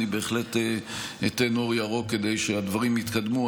אני בהחלט אתן אור ירוק כדי שהדברים יתקדמו.